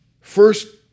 First